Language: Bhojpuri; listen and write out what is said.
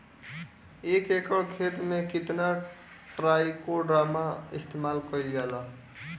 एक एकड़ खेत में कितना ट्राइकोडर्मा इस्तेमाल कईल जाला?